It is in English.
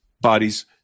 bodies